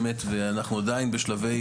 באמת ואנחנו עדיין בשלבי,